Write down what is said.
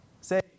Say